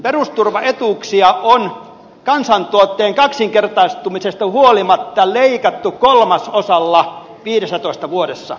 perusturvaetuuksia on kansantuotteen kaksinkertaistumisesta huolimatta leikattu kolmasosalla viidessätoista vuodessa